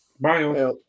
Bye